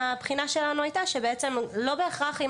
כי ראינו בחלק מהבחינה שלנו שלא בהכרח אם